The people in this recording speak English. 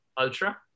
Ultra